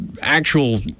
actual